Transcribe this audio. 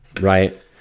right